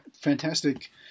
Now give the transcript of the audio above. fantastic